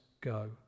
go